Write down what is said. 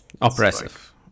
oppressive